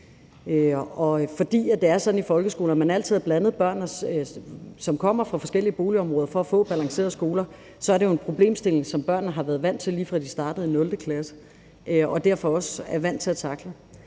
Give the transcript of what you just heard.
Fordi det er sådan i folkeskolen, at man altid har blandet børn, som kommer fra forskellige boligområder, for at få balancerede skoler, så er det jo en problemstilling, som børnene har været vant til, lige fra de startede i 0. klasse, og som de derfor også er vant til at tackle.